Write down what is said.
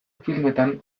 filmetan